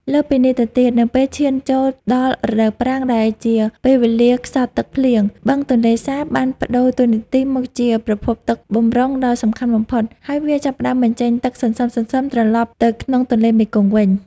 លើសពីនេះទៅទៀត នៅពេលឈានចូលដល់រដូវប្រាំងដែលជាពេលវេលាខ្សត់ទឹកភ្លៀង បឹងទន្លេសាបបានប្តូរតួនាទីមកជាប្រភពទឹកបម្រុងដ៏សំខាន់បំផុត ដោយវាចាប់ផ្តើមបញ្ចេញទឹកសន្សឹមៗត្រឡប់ទៅក្នុងទន្លេមេគង្គវិញ។